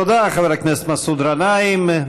תודה, חבר הכנסת מסעוד גנאים.